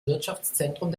wirtschaftszentrum